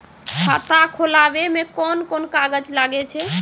खाता खोलावै मे कोन कोन कागज लागै छै?